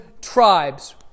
tribes